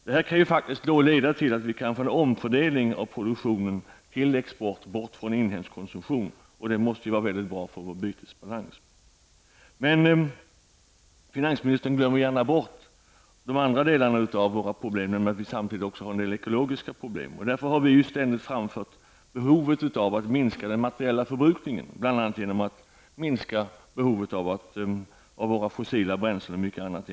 Detta kan faktiskt leda till att vi kan få en omfördelning av produktionen till export och bort från inhemsk konsumtion. Det måste ju vara väldigt bra för vår bytesbalans. Finansministern glömmer gärna bort de andra delarna av våra problem, nämligen att vi också har ekologiska problem. Vi har ständigt framfört behovet av att minska den materiella förbrukningen, bl.a. genom att minska behovet av fossila bränslen och mycket annat.